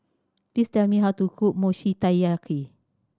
please tell me how to cook Mochi Taiyaki